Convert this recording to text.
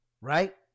right